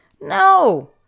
No